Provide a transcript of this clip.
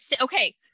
Okay